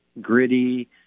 gritty